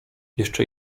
jeszcze